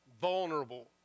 vulnerable